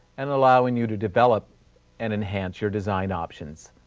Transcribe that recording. and allowing you to develop and enhance your design options.